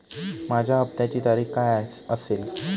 माझ्या हप्त्याची तारीख काय असेल?